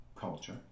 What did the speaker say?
Culture